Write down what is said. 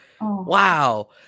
Wow